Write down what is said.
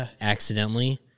Accidentally